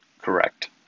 Correct